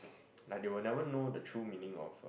like they would never know the true meaning of a